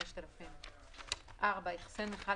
איחסן מכל,